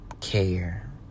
care